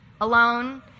Alone